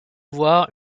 voir